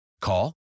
Call